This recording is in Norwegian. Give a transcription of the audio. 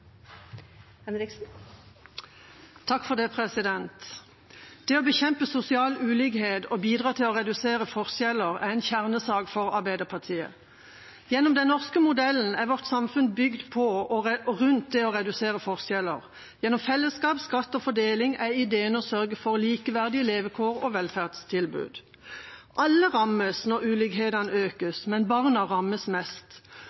krisesentertilbud for alle. Replikkordskiftet er dermed omme. Flere har ikke bedt om ordet til sak nr. 3. Det å bekjempe sosial ulikhet og bidra til å redusere forskjeller er en kjernesak for Arbeiderpartiet. Gjennom den norske modellen er vårt samfunn bygd på og rundt det å redusere forskjeller. Gjennom fellesskap, skatt og fordeling er ideen å sørge for likeverdige levekår og velferdstilbud. Alle rammes når